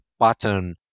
pattern